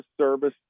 service